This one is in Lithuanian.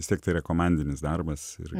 vis tiek tai yra komandinis darbas ir